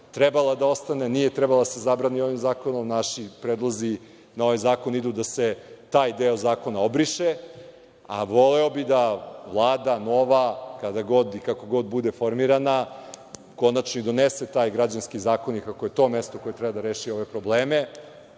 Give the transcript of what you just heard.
trebalo da ostane, nije trebalo da se zabrani ovim zakonom. Naši predlozi na ovaj zakon idu da se taj deo zakona obriše. Voleo bih da nova Vlada, kada god i kako god bude formirana, konačno i donese taj građanski zakonik, ako je to mesto koje treba da reši ove probleme,